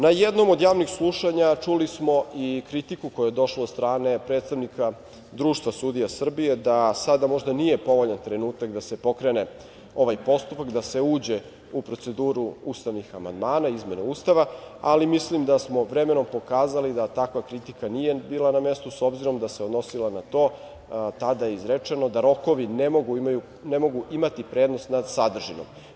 Na jednom od javnih slušanja čuli smo i kritiku koja je došla od strane predstavnika Društva sudija Srbije da sada možda nije povoljan trenutak da se pokrene ovaj postupak, da se uđe u proceduru ustavnih amandmana izmene Ustava, ali mislim da smo vremenom pokazali da takva kritika nije bila na mestu s obzirom da se odnosila na to tada izrečeno da rokovi ne mogu imati prednost nad sadržinom.